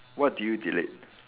what do you delete